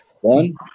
One